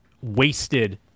wasted